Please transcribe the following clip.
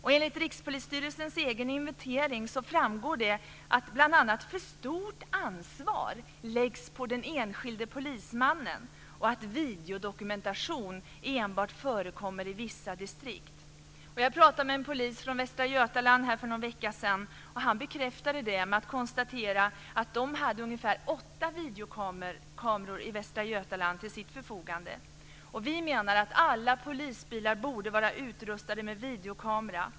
Av Rikspolisstyrelsens egen inventering framgår bl.a. att för stort ansvar läggs på den enskilde polismannen och att videodokumentation förekommer enbart i vissa distrikt. Jag pratade för någon vecka sedan med en polis från Västra Götaland, och han bekräftade detta med att konstatera att man där hade ungefär åtta videokameror till sitt förfogande. Vi menar att alla polisbilar borde vara utrustade med videokamera.